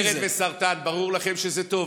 לחולי סוכרת וסרטן ברור לכם שזה טוב?